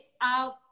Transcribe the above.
out